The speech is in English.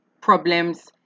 problems